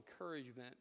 encouragement